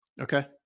Okay